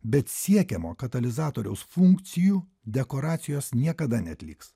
bet siekiamo katalizatoriaus funkcijų dekoracijos niekada neatliks